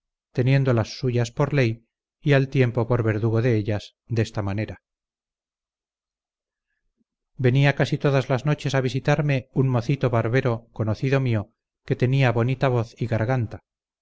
teniendo las suyas por ley y al tiempo por verdugo de ellas desta manera venía casi todas las noches a visitarme un mocito barbero conocido mio que tenía bonita voz y garganta